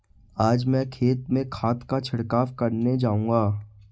आज मैं खेत में खाद का छिड़काव करने जाऊंगा